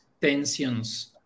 tensions